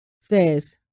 says